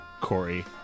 Corey